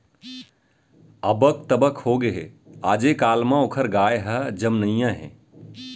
अबक तबक होगे हे, आजे काल म ओकर गाय ह जमनइया हे